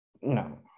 no